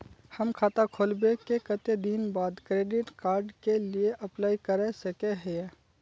हम खाता खोलबे के कते दिन बाद डेबिड कार्ड के लिए अप्लाई कर सके हिये?